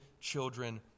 children